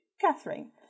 Catherine